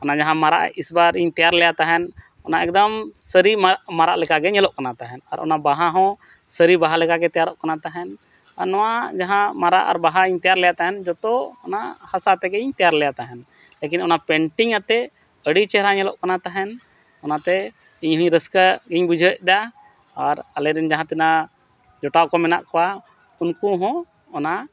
ᱚᱱᱟ ᱡᱟᱦᱟᱸ ᱢᱟᱨᱟᱜ ᱤᱥᱵᱟᱨ ᱤᱧ ᱛᱮᱭᱟᱨ ᱞᱮᱜᱼᱟ ᱛᱟᱦᱮᱱ ᱚᱱᱟ ᱮᱠᱫᱚᱢ ᱥᱟᱹᱨᱤ ᱢᱟᱨᱟᱜ ᱞᱮᱠᱟᱜᱮ ᱧᱮᱞᱚᱜ ᱠᱟᱱᱟ ᱛᱟᱦᱮᱱ ᱟᱨ ᱚᱱᱟ ᱵᱟᱦᱟᱦᱚᱸ ᱥᱟᱹᱨᱤ ᱵᱟᱦᱟ ᱞᱮᱠᱟᱜᱮ ᱛᱮᱭᱟᱨᱚᱜ ᱠᱟᱱᱟ ᱛᱟᱦᱮᱱ ᱟᱨ ᱱᱚᱣᱟ ᱡᱟᱦᱟᱸ ᱢᱟᱨᱟᱜ ᱟᱨ ᱵᱟᱦᱟᱧ ᱛᱮᱭᱟᱨ ᱞᱮᱜᱼᱟ ᱛᱟᱦᱮᱱ ᱡᱷᱚᱛᱚ ᱚᱱᱟ ᱦᱟᱥᱟ ᱛᱮᱜᱮᱧ ᱛᱮᱭᱟᱨ ᱞᱮᱜᱼᱟ ᱛᱟᱦᱮᱱ ᱞᱮᱠᱤᱱ ᱚᱱᱟ ᱯᱮᱱᱴᱤᱝ ᱟᱛᱮᱫ ᱟᱹᱰᱤ ᱪᱮᱦᱨᱟ ᱧᱮᱞᱚᱜ ᱠᱟᱱᱟ ᱛᱟᱦᱮᱱ ᱚᱱᱟᱛᱮ ᱤᱧ ᱦᱚᱸᱧ ᱨᱟᱹᱥᱠᱟᱹ ᱤᱧ ᱵᱩᱡᱷᱟᱹᱣᱮᱫᱟ ᱟᱨ ᱟᱞᱮᱨᱮᱱ ᱡᱟᱦᱟᱸ ᱛᱤᱱᱟᱹᱜ ᱡᱚᱴᱟᱣ ᱠᱚ ᱢᱮᱱᱟᱜ ᱠᱚᱣᱟ ᱩᱱᱠᱩ ᱦᱚᱸ ᱚᱱᱟ